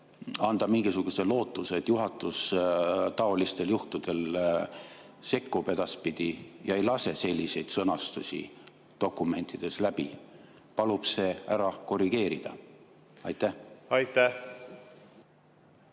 anda mingisuguse lootuse, et juhatus taolistel juhtudel sekkub edaspidi ega lase selliseid sõnastusi dokumentides läbi, palub selle ära korrigeerida. Aitäh,